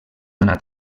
anat